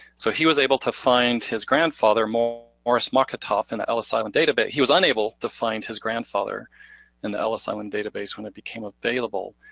so he was able to find his grandfather, morris maokotoff in the ellis island database. he was unable to find his grandfather in the ellis island database when it became available.